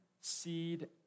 seed